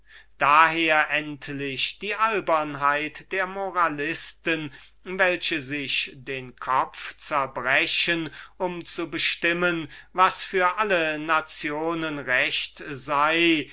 daher endlich die albernheit der moralisten welche sich den kopf zerbrechen um zu bestimmen was für alle nationen recht sei